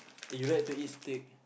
if you like to eat stick